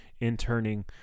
interning